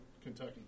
Kentucky